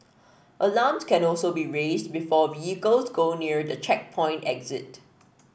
alarms can also be raised before vehicles go near the checkpoint exit